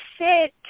sit